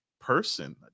person